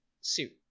suit